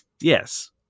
yes